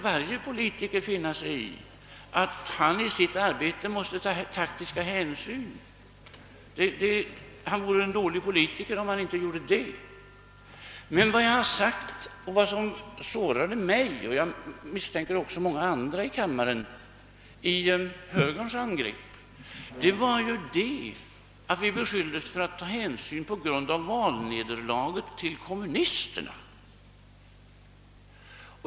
Varje politiker får ju finna sig i att han i sitt arbete måste ta taktiska hänsyn. Han vore en dålig politiker om han inte gjorde det. Vad som sårade mig och — misstänker jag — också många andra i kammaren i högerns angrepp var att vi "beskylldes för att på grund av valnederlaget ta hänsyn till kommunisterna.